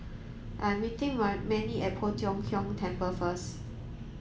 I am meeting Mannie at Poh Tiong Kiong Temple first